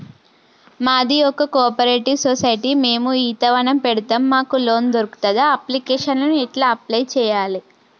మాది ఒక cooperative society మేము ఈత వనం పెడతం మాకు లోన్ దొర్కుతదా? అప్లికేషన్లను ఎట్ల అప్లయ్ చేయాలే?